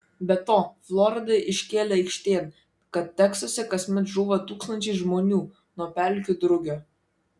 be to florida iškėlė aikštėn kad teksase kasmet žūva tūkstančiai žmonių nuo pelkių drugio